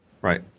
Right